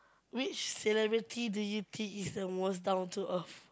which celebrity do you think is the most down to earth